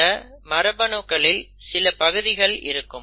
இந்த மரபணுக்களில் சில பகுதிகள் இருக்கும்